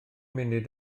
munud